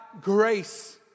grace